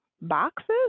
boxes